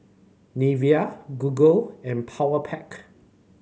Nivea Google and Powerpac